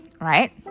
Right